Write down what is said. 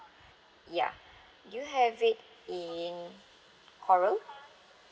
ya do you have it in coral